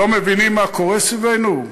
לא מבינים מה קורה סביבנו?